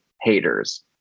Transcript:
haters